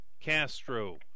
Castro